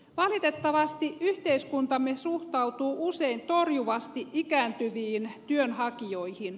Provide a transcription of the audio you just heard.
valitettavasti yhteiskuntamme suhtautuu usein torjuvasti ikääntyviin työnhakijoihin